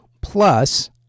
Plus